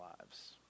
lives